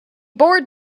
bored